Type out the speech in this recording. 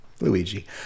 Luigi